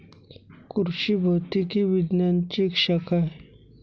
कृषि भौतिकी विज्ञानची एक शाखा आहे